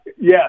Yes